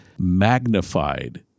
magnified